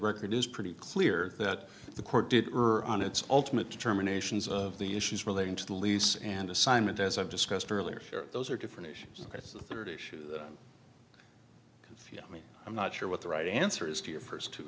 record is pretty clear that the court did on its ultimate determinations of the issues relating to the lease and assignment as i've discussed earlier here those are different issues it's the third issue that i mean i'm not sure what the right answer is to your first two